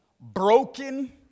broken